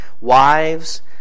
wives